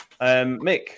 Mick